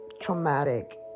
traumatic